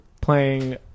playing